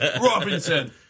Robinson